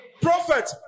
Prophet